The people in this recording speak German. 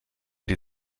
die